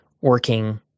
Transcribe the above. working